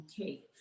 Okay